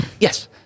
yes